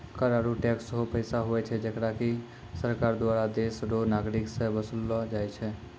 कर आरू टैक्स हौ पैसा हुवै छै जेकरा की सरकार दुआरा देस रो नागरिक सं बसूल लो जाय छै